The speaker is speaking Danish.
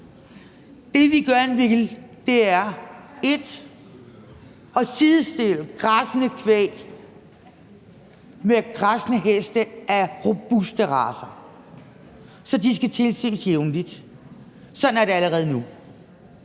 det, vi gør, er 1) at sidestille græssende kvæg med græssende heste af robuste racer, så de skal tilses jævnligt – sådan er det allerede nu